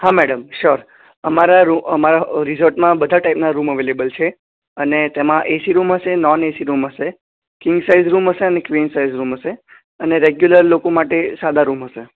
હા madam sure uh અમારા અમારા રિસોર્ટમાં બધા ટાઈપના રૂમ અવેલેબલ છે અને તેમાં એસી રૂમ હશે નોનએસી રૂમ હશે કિંગ સાઈઝ રૂમ હશે અને ક્વીન સાઈઝ રૂમ હશે અને રેગ્યુલર લોકો માટે સાદા રૂમ હશે